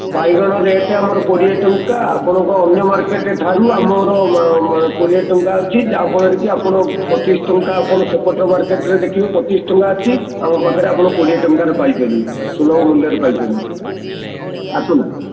ବାଇଗଣ ରେଟ୍ ଆମର କୋଡ଼ିଏ ଟଙ୍କା ଆପଣଙ୍କ ଅନ୍ୟ ମାର୍କେଟ୍ ଠାରୁ ଆମର କୋଡ଼ିଏ ଟଙ୍କା ଅଛି ଯାହା ଫଳରେ କି ଆପଣ ପଚିଶ ଟଙ୍କା ଆପଣ ସେପଟ ମାର୍କେଟ୍ରେ ଦେଖିବେ ପଚିଶ ଟଙ୍କା ଅଛି ଆମ ପାଖରେ ଆପଣ କୋଡ଼ିଏ ଟଙ୍କାରେ ପାଇ ପାରିବେ ସୁଲଭ ମୂଲ୍ୟରେ ପାଇ ପାରିବେ ଆସନ୍ତୁ